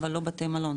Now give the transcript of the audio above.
אבל לא בתי מלון.